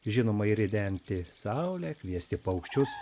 žinoma ir ridenti saulę kviesti paukščius